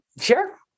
Sure